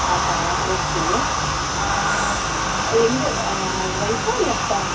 ஆஹா okay எங்கே ரைட்டா லெஃப்ட்டா